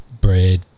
bread